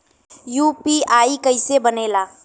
UPI कईसे बनेला?